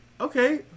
Okay